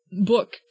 book